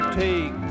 take